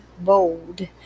Bold